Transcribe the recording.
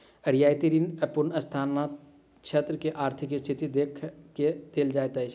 रियायती ऋण पूर्वस्नातक छात्र के आर्थिक स्थिति देख के देल जाइत अछि